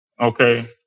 okay